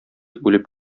үлеп